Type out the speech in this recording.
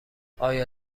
آیا